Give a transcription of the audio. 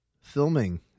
filming